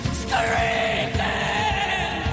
screaming